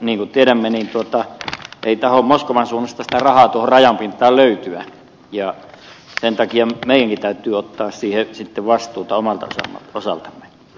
niin kuin tiedämme ei tahdo moskovan suunnasta rahaa tuohon rajan pintaan löytyä ja sen takia meidänkin täytyy ottaa siitä vastuuta omalta osaltamme